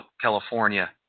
California